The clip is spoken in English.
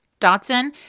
Dotson